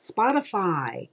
Spotify